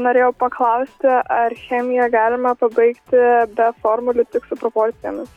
norėjau paklausti ar chemiją galima pabaigti be formulių tik su proporcijomis